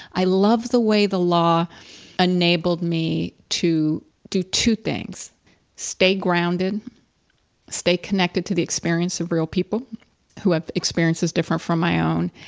i love the way the law enabled me to do two things stay grounded stay connected to the experience of real people who have experiences different from my own,